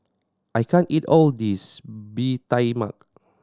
I can't eat all of this Bee Tai Mak